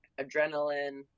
Adrenaline